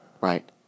right